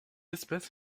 espèce